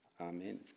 Amen